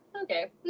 Okay